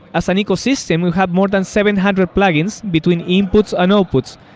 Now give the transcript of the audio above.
as an ecosystem, we have more than seven hundred plugins between inputs and outputs.